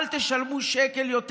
אל תשלמו שקל יותר.